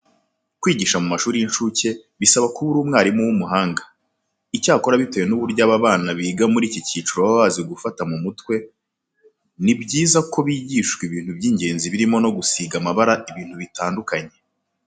Kwigisha mu mashuri y'incuke bisaba kuba uri umwarimu w'umuhanga. Icyakora bitewe n'uburyo aba bana biga muri iki cyiciro baba bazi gufata mu mutwe, ni byiza ko bigishwa ibintu by'ingenzi birimo no gusiga amabara ibintu bitandukanye.